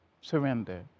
surrender